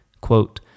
quote